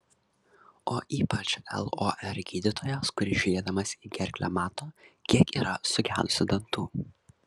o ypač lor gydytojas kuris žiūrėdamas į gerklę mato kiek yra sugedusių dantų